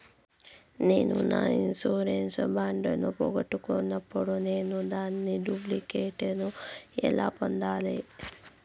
నేను నా insurance bond ను పోగొట్టుకున్నప్పుడు నేను దాని డూప్లికేట్ ను ఎలా పొందాలి?